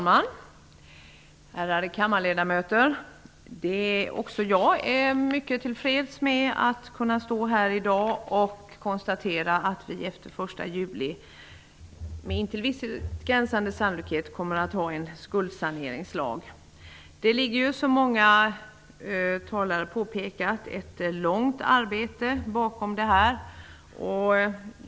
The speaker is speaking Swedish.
Fru talman! Ärade kammarledamöter! Även jag är mycket tillfreds med att kunna stå här i dag och konstatera att vi efter den 1 juli med en till visshet gränsande sannolikhet kommer att ha en skuldsaneringslag. Många talare har påpekat att det ligger ett omfattande arbete bakom denna lag.